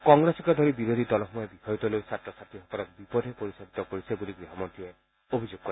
কংগ্ৰেছকে ধৰি বিৰোধী দলসমূহে বিষয়টো লৈ ছাত্ৰ ছাত্ৰীসকলক বিপথে পৰিচালিত কৰিছে বুলি গৃহমন্ত্ৰীয়ে অভিযোগ কৰে